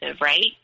right